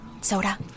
Soda